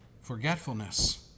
forgetfulness